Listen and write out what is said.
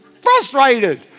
Frustrated